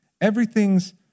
Everything's